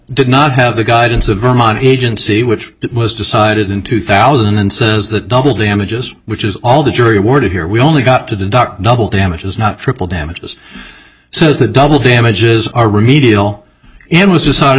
did not have the guidance of vermont agency which was decided in two thousand and says that double damages which is all the jury awarded here we only got to deduct double damages not triple damages says the double damages are remedial it was decided